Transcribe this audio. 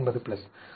என்பது